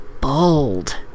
bold